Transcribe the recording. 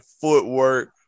footwork